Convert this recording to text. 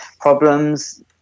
problems